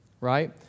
right